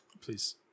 Please